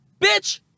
bitch